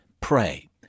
pray